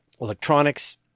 electronics